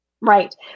right